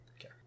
okay